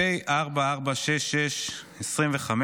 פ/4466/25,